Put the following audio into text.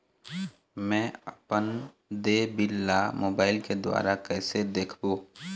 मैं अपन देय बिल ला मोबाइल के द्वारा कइसे देखबों?